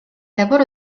lavoro